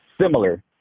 similar